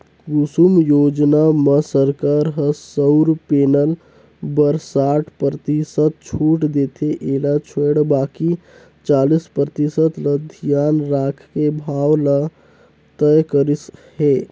कुसुम योजना म सरकार ह सउर पेनल बर साठ परतिसत छूट देथे एला छोयड़ बाकि चालीस परतिसत ल धियान राखके भाव ल तय करिस हे